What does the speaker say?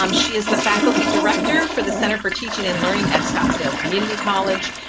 um she is the faculty director for the center for teaching and learning at scottsdale community college.